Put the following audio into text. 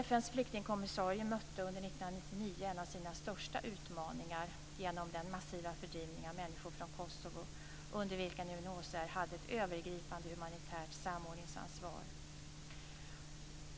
FN:s flyktingkommissarie mötte under 1999 en av sina största utmaningar genom den massiva fördrivningen av människor från Kosovo, under vilken UNHCR hade ett övergripande humanitärt samordningsansvar.